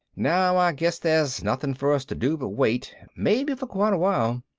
now i guess there's nothing for us to do but wait, maybe for quite a while.